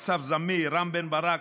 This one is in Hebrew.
אסף זמיר רם בן-ברק,